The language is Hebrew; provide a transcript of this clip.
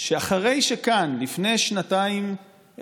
אחרי שכאן לפני שנתיים,